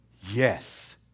Yes